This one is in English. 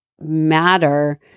matter